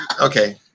Okay